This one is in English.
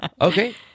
Okay